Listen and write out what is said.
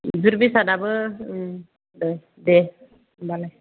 जुर बेसादाबो उम दे दे होमबालाय